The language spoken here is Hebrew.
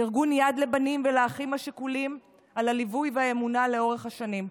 לארגון יד לבנים ולאחים השכולים על הליווי והאמונה לאורך השנים.